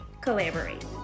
collaborate